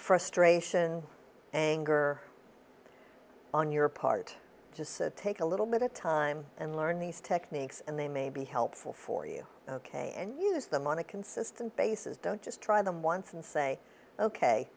frustration anger on your part just take a little bit of time and learn these techniques and they may be helpful for you ok and use them on a consistent basis don't just try them once and say ok